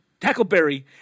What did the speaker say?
Tackleberry